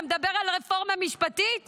אתה מדבר על רפורמה משפטית?